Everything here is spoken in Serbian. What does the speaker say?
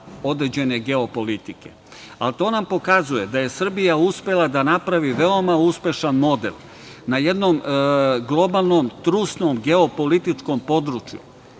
određene geopolitike, ali to nam pokazuje da je Srbija uspela da napravi veoma uspešan model, na jednom globalnom trusnom geopolitičkom području,